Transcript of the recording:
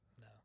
No